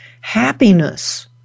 happiness